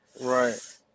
Right